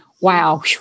wow